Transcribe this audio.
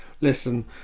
listen